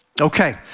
Okay